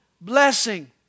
blessing